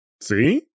See